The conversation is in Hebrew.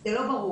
זה לא ברור.